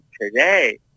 today